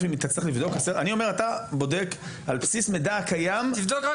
אתה בודק על בסיס מידע קיים במידע שיש לך היום.